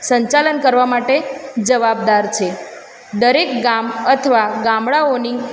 સંચાલન કરવા માટે જવાબદાર છે દરેક ગામ અથવા ગામડાંઓની